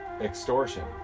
extortion